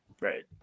right